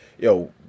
yo